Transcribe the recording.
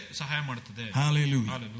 Hallelujah